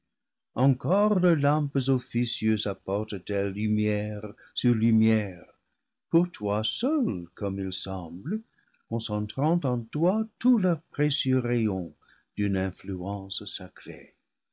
encore leurs lampes offi cieuses apportent elles lumière sur lumière pour toi seul comme il semble concentrant en toi tous leurs précieux rayons d'une influence sacrée